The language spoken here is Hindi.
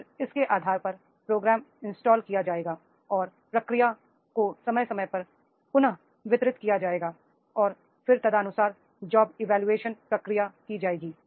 फिर इसके आधार पर प्रोग्राम इंस्टॉल किया जाएगा और प्रक्रिया को समय समय पर पुन वितरित किया जाएगा और फिर तदनुसार जॉब इवोल्यूशन प्रक्रिया की जाएगी